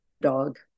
dog